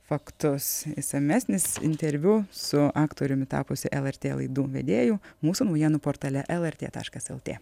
faktus išsamesnis interviu su aktoriumi tapusiu lrt laidų vedėju mūsų naujienų portale lrt taškas lt